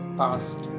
past